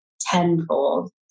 tenfold